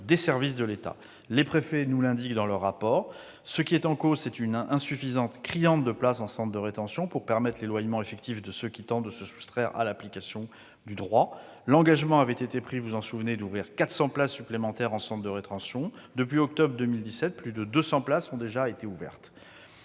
des services de l'État. Les préfets nous l'indiquent dans leurs rapports : ce qui est en cause, c'est une insuffisance criante de places dans les centres de rétention, pour permettre l'éloignement effectif de ceux qui tentent de se soustraire à l'application du droit. L'engagement avait été pris, vous vous en souvenez, d'ouvrir 400 places supplémentaires en centres de rétention. Depuis octobre 2017, plus de 200 places ont déjà été ouvertes.